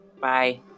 bye